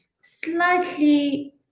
slightly